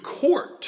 court